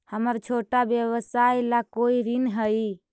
हमर छोटा व्यवसाय ला कोई ऋण हई?